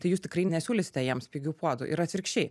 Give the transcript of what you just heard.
tai jūs tikrai nesiūlysite jiems pigių puodų ir atvirkščiai